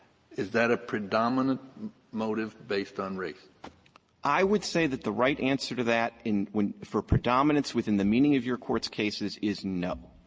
is that a predominant motive based on race? clement i would say that the right answer to that in when for predominance within the meaning of your court's cases is no.